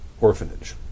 orphanage